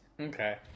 Okay